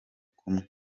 kumwe